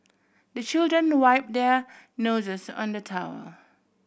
the children wipe their noses on the towel